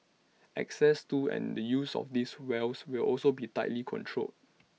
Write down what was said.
access to and the use of these wells will also be tightly controlled